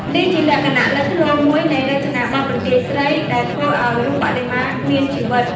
នេះជាលក្ខណៈលេចធ្លោមួយនៃរចនាបថបន្ទាយស្រី ដែលធ្វើឱ្យរូបបដិមាមានជីវិត។